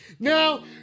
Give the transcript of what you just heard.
Now